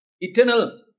Eternal